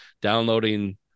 downloading